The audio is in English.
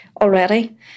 already